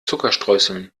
zuckerstreuseln